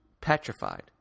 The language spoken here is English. petrified